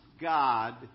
God